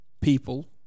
people